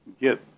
get